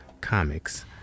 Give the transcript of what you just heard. Comics